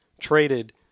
traded